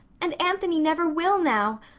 and anthony never will now.